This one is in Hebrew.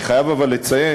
אבל אני חייב לציין,